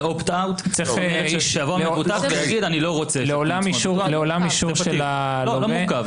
opt out --- לעולם אישור של הלווה.